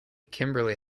kimberly